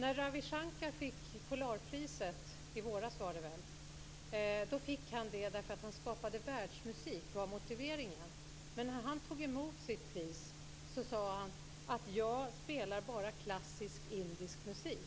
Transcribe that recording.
När Ravi Shankar fick Polarpriset i våras, tror jag att det var, fick han det därför att han skapade världsmusik. Det var motiveringen. Men när han tog emot sitt pris sade han: Jag spelar bara klassisk indisk musik.